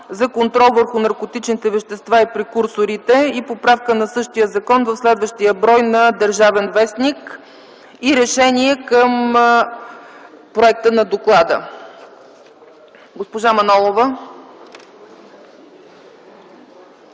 за контрол върху наркотичните вещества и прекурсорите и поправка на същия закон в следващия брой на „Държавен вестник”, и решение към проекта на доклада. Заповядайте,